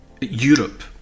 Europe